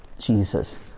Jesus